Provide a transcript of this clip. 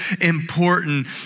important